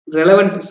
relevant